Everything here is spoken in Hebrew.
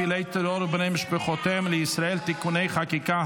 פעילי טרור ובני משפחותיהם לישראל (תיקוני חקיקה),